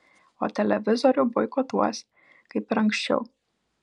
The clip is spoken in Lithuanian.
o televizorių boikotuos kaip ir anksčiau